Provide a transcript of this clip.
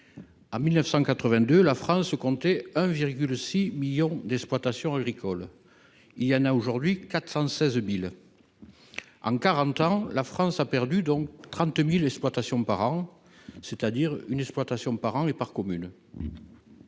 900 82, la France comptait 1 virgule 6 millions d'exploitations agricoles, il y en a aujourd'hui 416000 en 40 ans, la France a perdu donc 30000 exploitations par an, c'est-à-dire une exploitation par an et par commune,